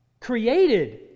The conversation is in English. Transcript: created